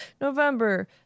November